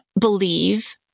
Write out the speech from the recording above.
believe